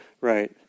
Right